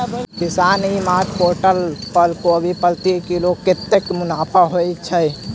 किसान e mart portal पर कोबी प्रति किलो कतै मुनाफा होइ छै?